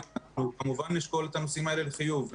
ואנחנו כמובן נשקול את הנושאים האלה לחיוב.